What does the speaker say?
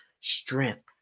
strength